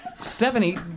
Stephanie